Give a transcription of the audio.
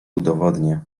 udowodnię